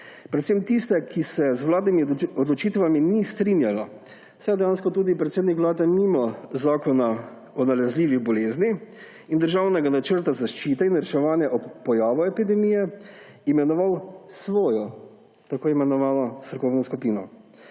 predvsem tiste, ki se z vladnimi odločitvami ni strinjala. Predsednik vlade dejansko nima zakona o nalezljivih boleznih in državnega načrta zaščite in reševanja, ob pojavi epidemije je imenoval svojo tako imenovano strokovno skupino.